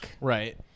Right